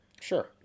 Sure